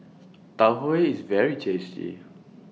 Tau Huay IS very tasty